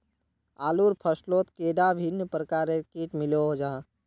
आलूर फसलोत कैडा भिन्न प्रकारेर किट मिलोहो जाहा?